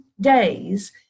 days